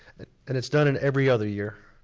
and it's done in every other year.